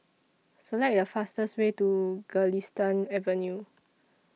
Select The fastest Way to Galistan Avenue